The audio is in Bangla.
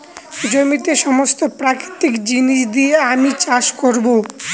জমিতে সমস্ত প্রাকৃতিক জিনিস দিয়ে আমি চাষ করবো